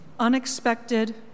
unexpected